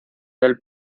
del